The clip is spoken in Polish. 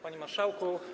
Panie Marszałku!